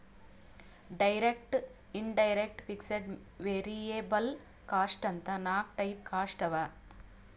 direct, indirect, fixed, variable cost ಅಂತ್ ನಾಕ್ type cost ಅವಾ